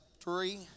three